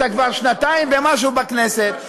אתה כבר שנתיים ומשהו בכנסת,